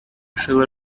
shall